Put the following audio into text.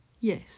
Yes